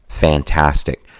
fantastic